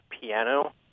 piano